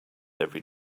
every